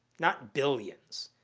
not billions.